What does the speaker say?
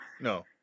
no